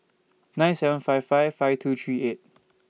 nine seven five five five two three eight